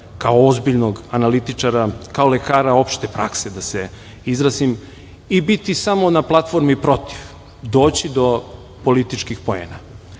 kao ozbiljnog analitičara, kao lekara opšte prakse, da se izrazim, i biti samo na platformi protiv, doći do političkih poena